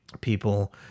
people